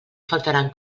faltaran